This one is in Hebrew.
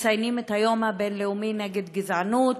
מציינים את היום הבין-לאומי נגד גזענות.